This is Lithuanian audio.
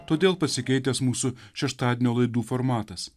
todėl pasikeitęs mūsų šeštadienio laidų formatas